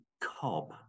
cob